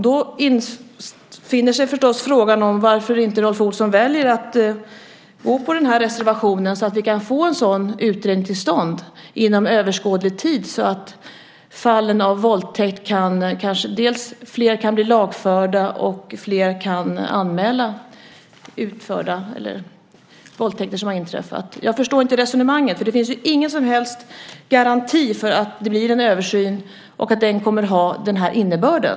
Då infinner sig förstås frågan varför inte Rolf Olsson väljer att stödja reservationen så att vi kan få en sådan utredning till stånd inom överskådlig tid så att fler fall av våldtäkt kan bli lagförda och fler kan anmäla våldtäkter. Jag förstår inte resonemanget. Det finns ju ingen som helst garanti för att det blir en översyn och att den kommer att ha den här innebörden.